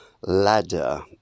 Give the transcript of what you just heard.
ladder